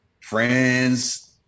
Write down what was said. Friends